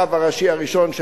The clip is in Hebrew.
הרב הראשי הראשון של